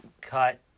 cut